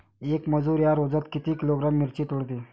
येक मजूर या रोजात किती किलोग्रॅम मिरची तोडते?